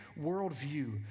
worldview